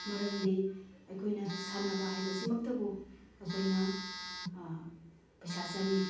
ꯃꯔꯝꯗꯤ ꯑꯩꯈꯣꯏꯅ ꯁꯥꯟꯅꯕ ꯍꯥꯏꯕꯁꯤꯃꯛꯇꯕꯨ ꯑꯩꯈꯣꯏꯅ ꯄꯩꯁꯥ ꯆꯪꯉꯤ